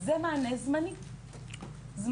זה מענה זמני לחלוטין.